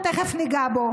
ותכף אגע בו